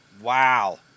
Wow